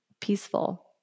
Peaceful